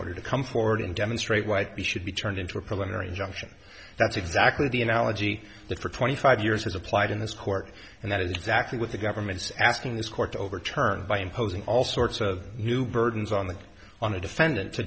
order to come forward and demonstrate why we should be turned into a preliminary injunction that's exactly the analogy that for twenty five years has applied in this court and that is exactly what the government's asking this court overturned by imposing all sorts of new burdens on the on the defendant to